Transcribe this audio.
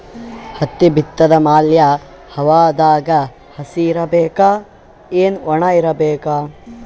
ಹತ್ತಿ ಬಿತ್ತದ ಮ್ಯಾಲ ಹವಾದಾಗ ಹಸಿ ಇರಬೇಕಾ, ಏನ್ ಒಣಇರಬೇಕ?